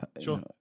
Sure